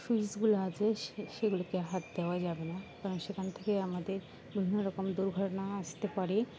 ফিউসগুলো আছে সে সেগুলোকে হাত দেওয়া যাবে না কারণ সেখান থেকে আমাদের বিভিন্ন রকম দুর্ঘটনা আসতে পারে